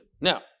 Now